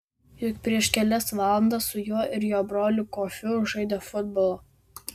juk prieš kelias valandas su juo ir jo broliu kofiu žaidė futbolą